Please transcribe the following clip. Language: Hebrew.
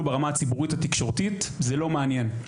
ברמה הציבורית התקשורתית - זה לא מעניין.